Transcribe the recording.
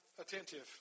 attentive